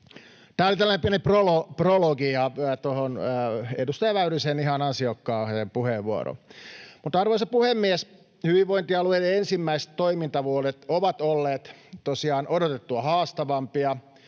tällainen pieni prologi tuohon edustaja Väyrysen ihan ansiokkaaseen puheenvuoroon. Arvoisa puhemies! Hyvinvointialueiden ensimmäiset toimintavuodet ovat olleet tosiaan odotettua haastavampia,